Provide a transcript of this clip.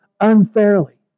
unfairly